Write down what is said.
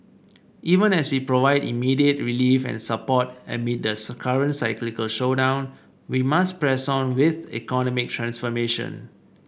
even as we provide immediate relief and support amid the current cyclical slowdown we must press on with economic transformation